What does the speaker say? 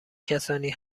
کسانی